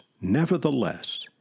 Nevertheless